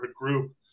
group